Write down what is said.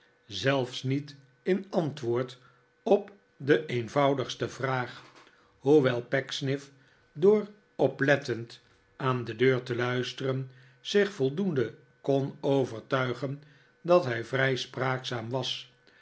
zelfs niet in antwoord op de eenvoudigste vraag hoewel pecksniff door oplettend aan de deur te luisteren zich voldoende kon overtuigen dat hij vrij spraakzaam was